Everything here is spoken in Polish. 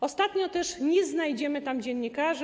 Ostatnio też nie znajdziemy tam dziennikarzy.